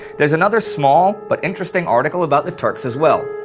there's another small but interesting article about the turks as well.